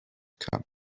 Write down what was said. cup